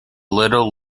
little